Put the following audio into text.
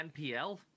NPL